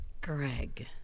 Greg